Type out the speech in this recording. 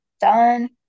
done